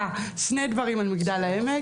שני דברים על מגדל העמק.